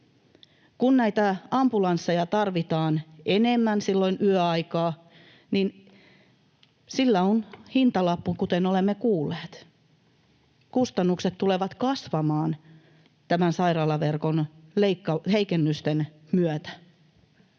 Kun ambulansseja tarvitaan enemmän yöaikaan, sillä on hintalappu, kuten olemme kuulleet. Kustannukset tulevat kasvamaan näiden sairaalaverkon heikennysten myötä.